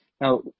now